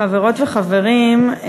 חברות וחברים,